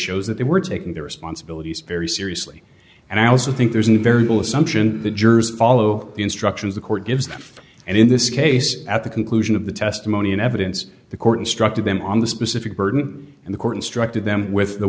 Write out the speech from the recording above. shows that they were taking their responsibilities very seriously and i also think there's a variable assumption the jurors follow the instructions the court gives them and in this case at the conclusion of the testimony and evidence the court instructed them on the specific burden and the court instructed them with the